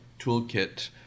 toolkit